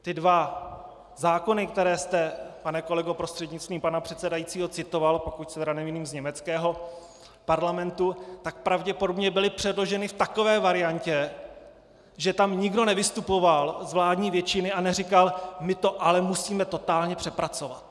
Ty dva zákony, které jste, pane kolego prostřednictvím pana předsedajícího, citoval, pokud se nemýlím, z německého parlamentu, byla pravděpodobně předloženy v takové variantě, že tam nikdo nevystupoval z vládní většiny a neříkal: My to ale musíme totálně přepracovat.